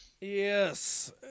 Yes